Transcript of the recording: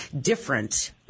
different